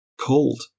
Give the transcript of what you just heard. cold